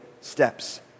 steps